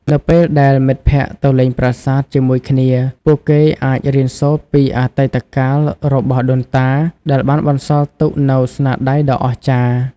នៅពេលដែលមិត្តភក្តិទៅលេងប្រាសាទជាមួយគ្នា ពួកគេអាចរៀនសូត្រពីអតីតកាលរបស់ដូនតា ដែលបានបន្សល់ទុកនូវស្នាដៃដ៏អស្ចារ្យ។